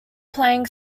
playing